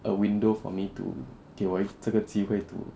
a window for me to 给我这个机会 to